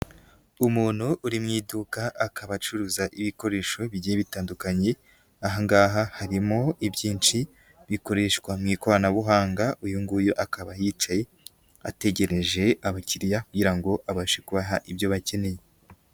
Umuntu uri mu iduka, akaba acuruza ibikoresho bigiye bitandukanye, ahangaha harimo ibyinshi bikoreshwa mu ikoranabuhanga, uyu nguyu akaba yicaye ategereje abakiriya kugira ngo abashe kubaha ibyo bakeneye.